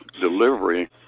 delivery